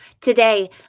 today